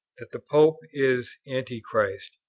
that the pope is antichrist.